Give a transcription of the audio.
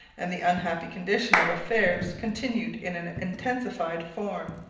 and the unhappy condition of affairs continued in an intensified form.